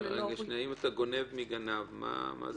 רגע, אם אתה גונב מגנב, מה זה...